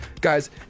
Guys